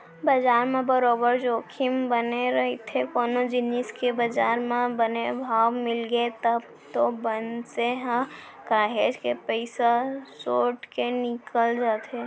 बजार म बरोबर जोखिम बने रहिथे कोनो जिनिस के बजार म बने भाव मिलगे तब तो मनसे ह काहेच के पइसा सोट के निकल जाथे